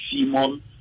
Simon